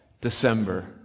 December